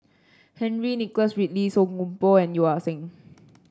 Henry Nicholas Ridley Song Koon Poh and Yeo Ah Seng